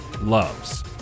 loves